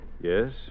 Yes